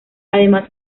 además